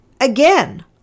Again